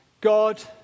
God